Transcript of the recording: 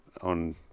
on